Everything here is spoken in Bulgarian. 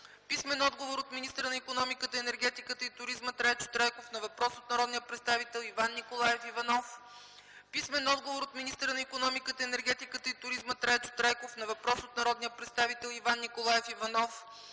Писмен отговор от министъра на икономиката, енергетиката и туризма Трайчо Трайков на въпрос от народния представител Иван Николаев Иванов. Писмен отговор от министъра на икономиката, енергетиката и туризма Трайчо Трайков на въпрос от народния представител Иван Николаев Иванов.